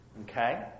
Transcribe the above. Okay